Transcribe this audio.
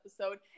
episode